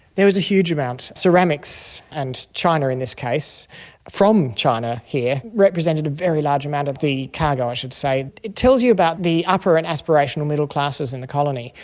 there was a huge amounts. ceramics and china, in this case from china here, represented a very large amount of the cargo i should say. it tells you about the upper and aspirational middle classes in the colony.